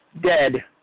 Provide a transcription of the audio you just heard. dead